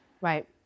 Right